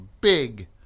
big